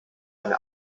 eine